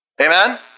Amen